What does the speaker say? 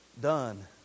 done